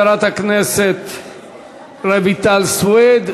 לחברת הכנסת רויטל סויד.